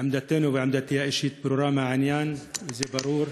עמדתנו ועמדתי האישית בעניין ברורה, זה ברור,